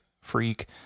freak